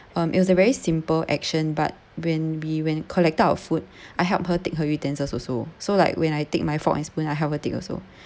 um it was a very simple action but when we when collected our food I help her take her utensils also so like when I take my fork and spoon I help her take also